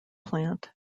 plant